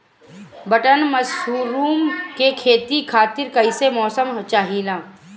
Button mushroom के खेती खातिर कईसे मौसम चाहिला?